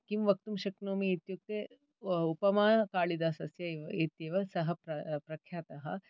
किं वक्तुं शक्नोमि इत्युक्ते उपमाकालिदसस्य इत्येव सः प्र प्रख्यातः